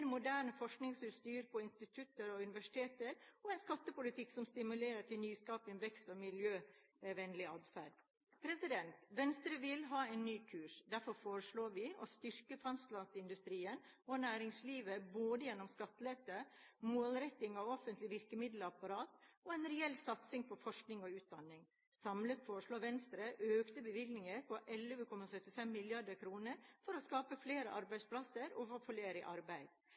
moderne forskningsutstyr på institutter og universiteter, og en skattepolitikk som stimulerer til nyskaping, vekst og miljøvennlig atferd. Venstre vil ha en ny kurs. Derfor foreslår vi å styrke fastlandsindustrien og næringslivet gjennom både skattelette, målretting av offentlig virkemiddelapparat og en reell satsing på forskning og utdanning. Samlet foreslår Venstre økte bevilgninger på 11,75 mrd. kr for å skape flere arbeidsplasser og få flere i arbeid.